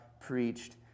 preached